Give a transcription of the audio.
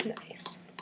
Nice